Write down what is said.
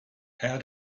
how